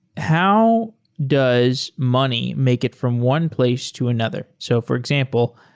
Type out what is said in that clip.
how does money make it from one place to another? so for example,